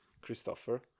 Christopher